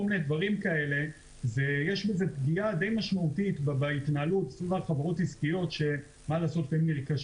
יש לזה פגיעה משמעותית בהתנהלות סביב חברות עסקיות שנרכשות,